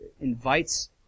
invites